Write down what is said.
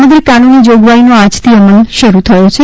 આ સમગ્ર કાનુની જોગવાઇનો આજથી અમલ શરૂ થયો છે